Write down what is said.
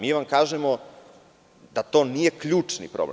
Mi vam kažemo da to nije ključni problem.